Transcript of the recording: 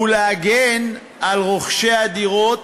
הוא להגן על רוכשי הדירות